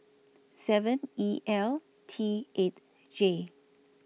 seven E L T eight J